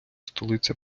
столиця